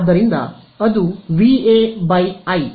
ಆದ್ದರಿಂದ ಅದು V A I